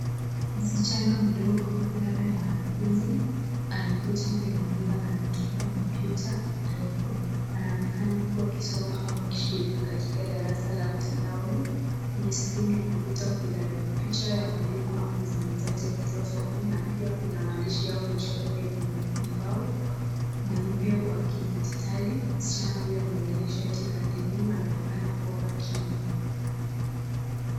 Msichana mdogo labda mwanafunzi, ameketi kwenye meza na anatumia kompyuta ndogo; anaonekana kuwa akisoma au akishiriki katika darasa la mtandaoni. Kwenye skrini ya kompyuta kuna picha ya mwalimu au mzungumzaji akitoa somo na pia kuna maandishi au michoro kwenye ubao mweupe wa kidijitali. Msichana huyo amevalia shati la dini anaonekana kuwa makini.